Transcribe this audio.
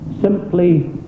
simply